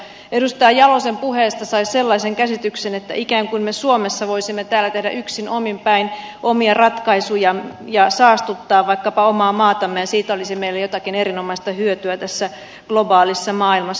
edustaja jalosen puheesta sai sellaisen käsityksen että ikään kuin me suomessa voisimme täällä tehdä yksin omin päin omia ratkaisuja ja saastuttaa vaikkapa omaa maatamme ja siitä olisi meille jotakin erinomaista hyötyä tässä globaalissa maailmassa